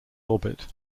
orbit